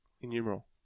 innumerable